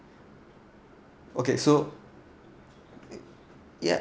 okay so ya